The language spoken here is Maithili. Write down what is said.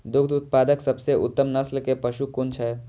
दुग्ध उत्पादक सबसे उत्तम नस्ल के पशु कुन छै?